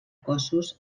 cossos